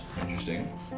Interesting